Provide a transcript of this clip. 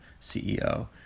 CEO